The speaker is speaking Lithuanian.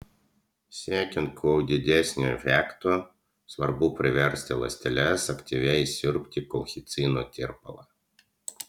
siekiant kuo didesnio efekto svarbu priversti ląsteles aktyviai siurbti kolchicino tirpalą